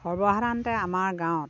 সৰ্বসাধাৰণতে আমাৰ গাঁৱত